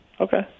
Okay